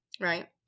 right